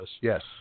Yes